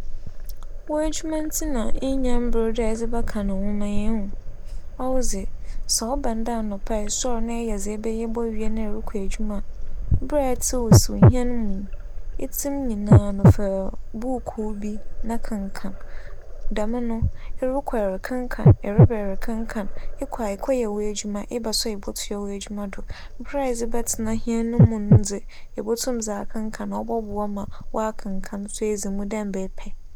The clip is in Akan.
W'edwuma ntsi na nnya mber dɛ ebɛkan nwoma yi ehu. ͻwo dze sɛ ͻba no dɛ anapa esoɛr na eyɛ dza ebɛyɛ nyinara wie na erobͻkͻ edwuma a, ber aetse wusu hɛn mu no, etse mu nyinaa no fa buukuu bi na kenkan. Dɛm no erokͻ a erekenkan, ereba a erekenkan, ekͻͻ a ekͻyɛ w'edwuma, eba so a, ebͻtoa w'edwuma do. Ber a edze bɛtsena hɛn no mu no dze, ibotum dze akenkan na ͻbͻboa so ma w'akenkan so edzi mu dɛ mbrɛ epɛ.